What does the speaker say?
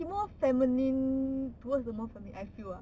he more feminine he is more feminine I feel ah